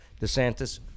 DeSantis